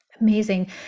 Amazing